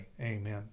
Amen